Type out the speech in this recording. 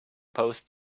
post